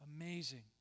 Amazing